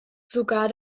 sogar